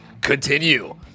Continue